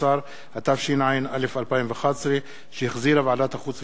15), התשע”א 2011, שהחזירה ועדת החוץ והביטחון.